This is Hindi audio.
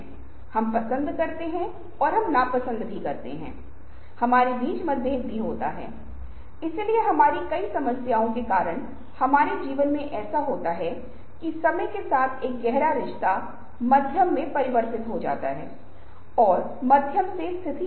टेलीविज़न के पत्रकार इसका नाटक करते हुए बस हमारा ध्यान आकर्षित करने के लिए जिस तरह की वास्तविकता को चित्रित किया जा रहा है उसका वास्तविकता के साथ बहुत कुछ नहीं हो सकता है जो वहां मौजूद हैं